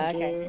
Okay